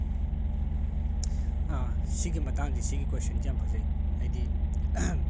ꯁꯤꯒꯤ ꯃꯇꯥꯡꯁꯦ ꯁꯤꯒꯤ ꯀꯣꯏꯁꯟꯁꯦ ꯌꯥꯝ ꯐꯖꯩ ꯍꯥꯏꯗꯤ